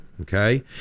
Okay